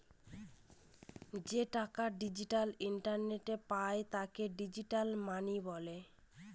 যে টাকা ডিজিটাল ইন্টারনেটে পায় তাকে ডিজিটাল মানি বলে